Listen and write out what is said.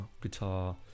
guitar